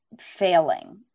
failing